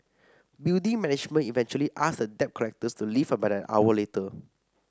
building management eventually asked the debt collectors to leave about an hour later